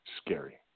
scary